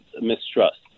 mistrust